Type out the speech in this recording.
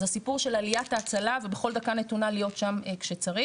אז הסיפור של עליית ההצלה ובכל דקה נתונה להיות שם כשצריך,